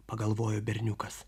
pagalvojo berniukas